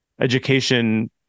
education